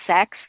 sex